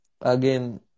again